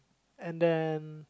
and then